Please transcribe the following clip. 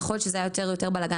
יכול להיות שהיה יותר בלגן.